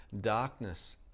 darkness